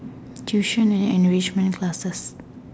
tuition and enrichment classes